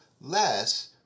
less